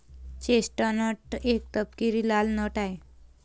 chestnut एक तपकिरी लाल नट आहे